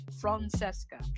Francesca